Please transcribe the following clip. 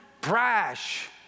brash